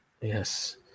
Yes